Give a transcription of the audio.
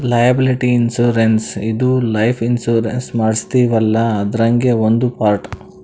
liability insurance ಇದು life insurance ಮಾಡಸ್ತೀವಲ್ಲ ಅದ್ರಾಗೇ ಒಂದ್ ಪಾರ್ಟ್